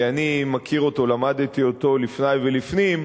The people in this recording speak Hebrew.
כי אני מכיר אותו ולמדתי אותו לפני ולפנים.